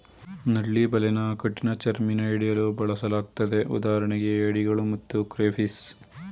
ನಳ್ಳಿ ಬಲೆನ ಕಠಿಣಚರ್ಮಿನ ಹಿಡಿಯಲು ಬಳಸಲಾಗ್ತದೆ ಉದಾಹರಣೆಗೆ ಏಡಿಗಳು ಮತ್ತು ಕ್ರೇಫಿಷ್